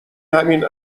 همین